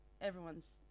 everyone's